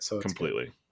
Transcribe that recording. Completely